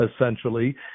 essentially—